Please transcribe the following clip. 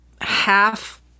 half